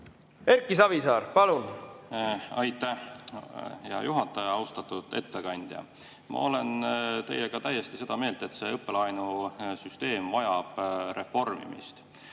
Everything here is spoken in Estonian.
Erki Savisaar, palun! Aitäh, hea juhataja! Austatud ettekandja! Ma olen teiega täiesti ühte meelt, et õppelaenusüsteem vajab reformimist.